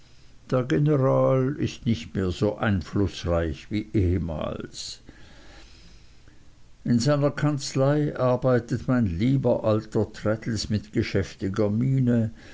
der general ist nicht mehr so einflußreich wie ehemals in seiner kanzlei arbeitet mein lieber alter traddles mit geschäftiger miene